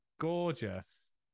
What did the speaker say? gorgeous